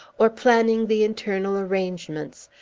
or planning the internal arrangements,